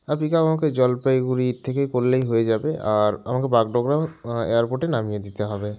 হ্যাঁ pick up আমাকে জলপাইগুড়ির থেকে করলেই হয়ে যাবে আর আমাকে বাগডোগরা এয়ারপোর্টে নামিয়ে দিতে হবে